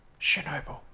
Chernobyl